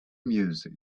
music